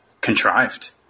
contrived